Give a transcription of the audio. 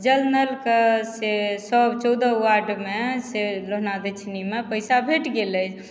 जल नलके सेसभ चौदह वार्डमे से लोहना दक्षिणीमे पैसा भेट गेल अइ